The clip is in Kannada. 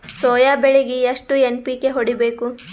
ಸೊಯಾ ಬೆಳಿಗಿ ಎಷ್ಟು ಎನ್.ಪಿ.ಕೆ ಹೊಡಿಬೇಕು?